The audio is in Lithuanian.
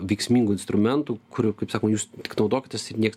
veiksmingų instrumentų kurių kaip sako jūs tik naudokitės ir nieks